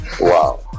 Wow